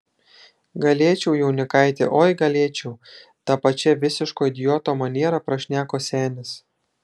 galėčiau jaunikaiti oi galėčiau ta pačia visiško idioto maniera prašneko senis